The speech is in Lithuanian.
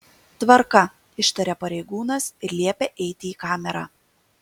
tvarka ištaria pareigūnas ir liepia eiti į kamerą